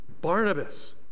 Barnabas